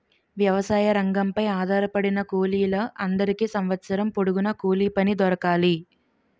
వ్యవసాయ రంగంపై ఆధారపడిన కూలీల అందరికీ సంవత్సరం పొడుగున కూలిపని దొరకాలి